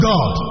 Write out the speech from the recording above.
God